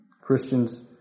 Christians